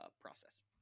process